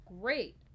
great